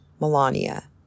Melania